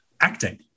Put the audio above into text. acting